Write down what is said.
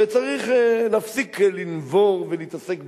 וצריך להפסיק לנבור ולהתעסק בעבר,